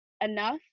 enough